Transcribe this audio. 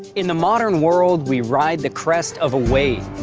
in the modern world, we ride the crest of a wave.